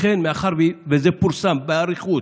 לכן, מאחר שזה פורסם באריכות,